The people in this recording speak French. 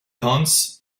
hans